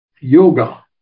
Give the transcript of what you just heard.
yoga